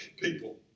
people